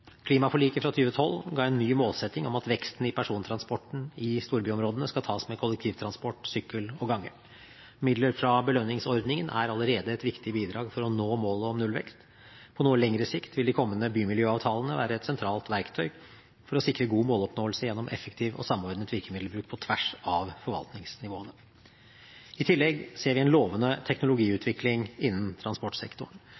Klimaforliket fra 2012 ga en ny målsetting om at veksten i persontransporten i storbyområdene skal tas med kollektivtransport, sykkel og gange. Midler fra belønningsordningen er allerede et viktig bidrag for å nå målet om nullvekst. På noe lengre sikt vil de kommende bymiljøavtalene være et sentralt verktøy for å sikre god måloppnåelse gjennom effektiv og samordnet virkemiddelbruk på tvers av forvaltningsnivåene. I tillegg ser vi en lovende